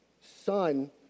son